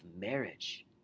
marriage